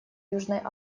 южной